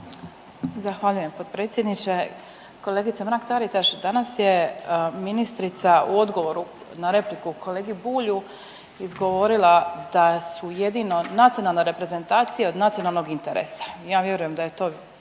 Zahvaljujem potpredsjedniče. Kolegice Mrak-Taritaš danas je ministrica u odgovoru na repliku kolegi Bulju izgovorila da su jedino nacionalna reprezentacija od nacionalnog interesa. Ja vjerujem da je to